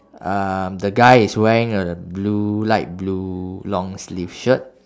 um the guy is wearing a blue light blue long sleeve shirt